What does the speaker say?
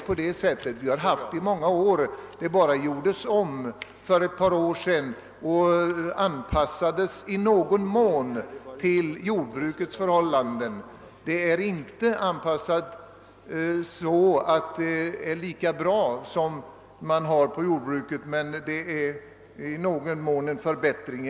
Vi har haft prisreglering i många år; bestämmelserna bara gjordes om för ett par år sedan och anpassades i någon mån till jordbrukets förhållanden. De är inte lika bra som de man har inom jordbruket, men det har ändå i någon mån blivit en förbättring.